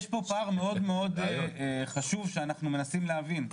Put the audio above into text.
יש פה פער מאוד מאוד חשוב שאנחנו מנסים להבין.